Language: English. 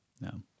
No